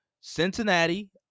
Cincinnati